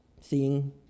Seeing